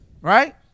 right